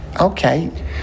Okay